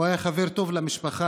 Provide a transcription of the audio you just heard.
הוא היה חבר טוב של המשפחה.